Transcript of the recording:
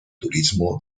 turismo